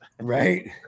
right